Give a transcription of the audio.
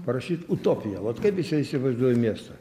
parašyt utopiją vat kaip įsivaizduoju mėsą